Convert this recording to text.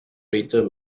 greater